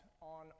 on